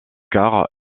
car